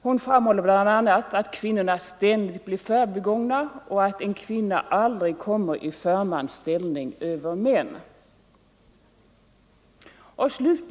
Hon framhåller bl.a. att kvinnorna ständigt blir förbigångna och att en kvinna aldrig kommer i förmans ställning över män.